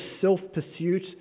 self-pursuit